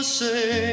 say